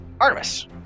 Artemis